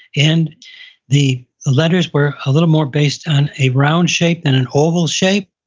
and the letters were a little more based on a round shape than an oval shape,